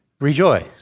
rejoice